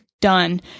done